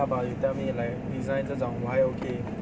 how about you tell me like design 这种我还 okay